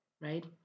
right